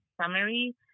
summary